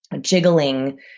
jiggling